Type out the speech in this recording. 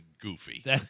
Goofy